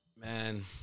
Man